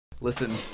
listen